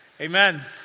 Amen